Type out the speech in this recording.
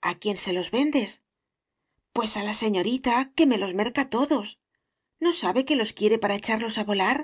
a quién se los vendes pues á la señorita que me los merca todos no sabe que los quiere para echarlos á volar